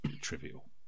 trivial